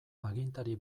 agintari